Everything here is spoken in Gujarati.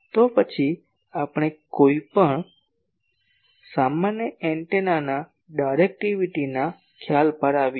તો પછી આપણે કોઈપણ સામાન્ય એન્ટેનાના ડાયરેક્ટિવિટીના ખ્યાલ પર આવીએ